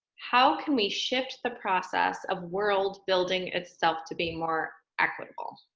how can we shift the process of world building itself to be more equitable?